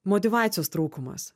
motyvacijos trūkumas